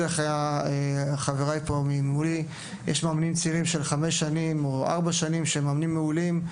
צעירים, של חמש או ארבע שנים, שהם מאמנים מעולים,